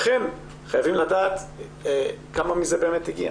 חייבים לדעת כמה מזה הגיע.